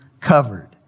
covered